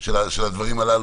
של הדברים הללו,